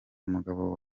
umugabo